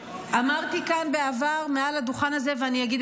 אמרתי כאן בעבר מעל הדוכן הזה ואני אגיד